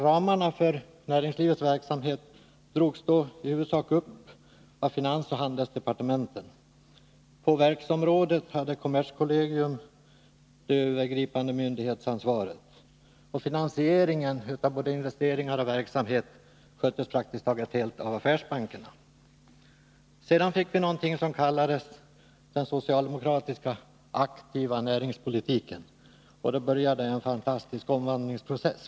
Ramarna för näringslivets verksamhet drogs då i huvudsak upp av finansoch handelsdepartementen. På verksområdet hade kommerskollegium det övergripande myndighetsansvaret, och finansieringen av både investeringar och verksamhet sköttes praktiskt taget helt av affärsbankerna. Sedan fick vi någonting som kallades den socialdemokratiska aktiva näringspolitiken, och då började en fantastisk omvandlingsprocess.